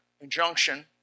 injunction